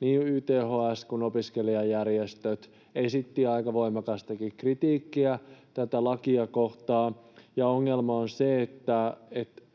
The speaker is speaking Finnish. YTHS kuin opiskelijajärjestötkin esittivät aika voimakastakin kritiikkiä tätä lakia kohtaan. Ongelma on se, että